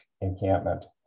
encampment